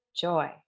joy